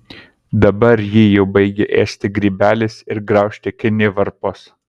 dabar jį jau baigia ėsti grybelis ir graužti kinivarpos